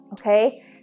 Okay